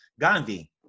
Gandhi